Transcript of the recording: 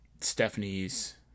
Stephanie's